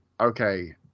okay